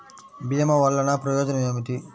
భీమ వల్లన ప్రయోజనం ఏమిటి?